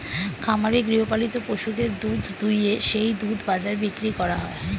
খামারে গৃহপালিত পশুদের দুধ দুইয়ে সেই দুধ বাজারে বিক্রি করা হয়